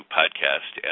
podcast